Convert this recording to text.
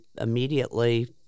immediately